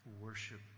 worship